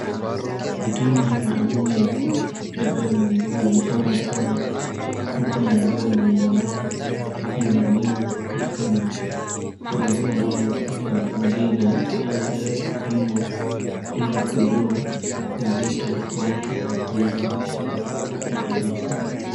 Mitungi maalum ya kubebea maziwa imepangwa pale huku maziwa inaendelea kumiminiwa katika mitungi. Maziwa ambayo yako mitungi hii yanaendela kupimwa ili kujua uzito wake na kuweza kuyasafirisha.